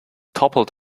toppled